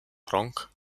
pronk